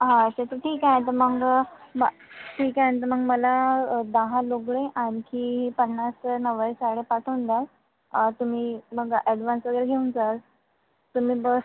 अच्छा तर ठीक आहे तर मग मग ठीक आहे ना तर मग मला दहा लुगडे आणखी पन्नास नववारी साड्या पाठवून द्या तुम्ही मग ॲडवान्स वगैरे घेऊन जा तुम्ही बस